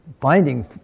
finding